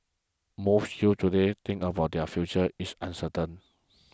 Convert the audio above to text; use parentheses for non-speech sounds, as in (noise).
most youths today think (unintelligible) their future is uncertain